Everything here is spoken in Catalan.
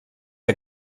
que